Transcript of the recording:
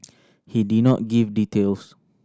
he did not give details